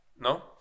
No